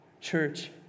Church